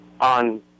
on